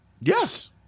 Yes